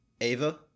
Ava